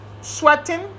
sweating